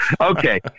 okay